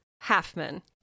Halfman